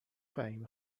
فهیمه